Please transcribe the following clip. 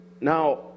Now